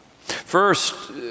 First